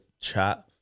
chat